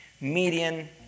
Median